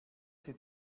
sie